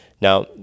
now